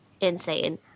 insane